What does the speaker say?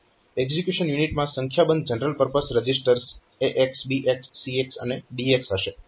execution યુનિટમાં સંખ્યાબંધ general purpose registers AX BX CX અને DX હશે